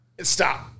stop